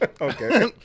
Okay